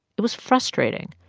it was frustrating.